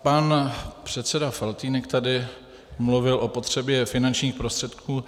Pan předseda Faltýnek tady mluvil o potřebě finančních prostředků.